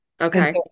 okay